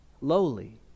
lowly